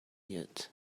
yet